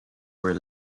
were